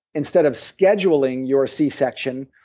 instead of scheduling your c-section,